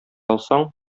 алсаң